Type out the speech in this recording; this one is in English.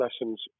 lessons